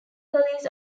police